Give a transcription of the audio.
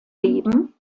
leben